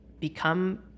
become